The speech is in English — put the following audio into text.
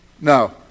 No